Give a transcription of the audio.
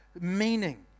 meaning